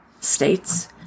states